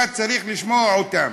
אתה צריך לשמוע אותם,